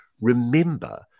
Remember